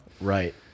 right